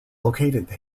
located